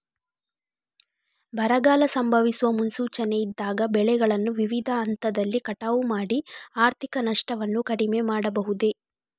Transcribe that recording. ಬರಗಾಲ ಸಂಭವಿಸುವ ಮುನ್ಸೂಚನೆ ಇದ್ದಾಗ ಬೆಳೆಗಳನ್ನು ವಿವಿಧ ಹಂತದಲ್ಲಿ ಕಟಾವು ಮಾಡಿ ಆರ್ಥಿಕ ನಷ್ಟವನ್ನು ಕಡಿಮೆ ಮಾಡಬಹುದೇ?